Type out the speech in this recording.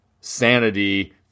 sanity